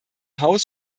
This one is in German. haus